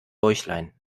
bäuchlein